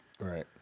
Right